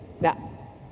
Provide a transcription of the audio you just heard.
Now